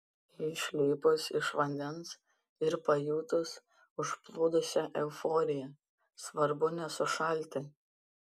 išlipus iš vandens ir pajutus užplūdusią euforiją svarbu nesušalti